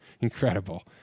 Incredible